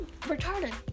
retarded